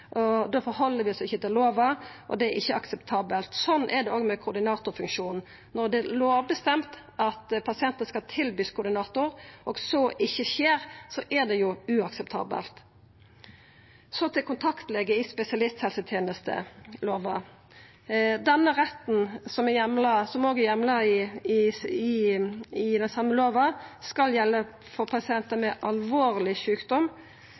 og da held vi oss ikkje til lova, og det er ikkje akseptabelt. Slik er det òg med koordinatorfunksjonen. Når det er lovbestemt at pasientar skal verta tilbydd koordinator, og det ikkje skjer, er det jo uakseptabelt. Så til kontaktlege i spesialisthelsetenestelova: Denne retten, som òg er heimla i den same lova, skal gjelda for pasientar med alvorleg sjukdom,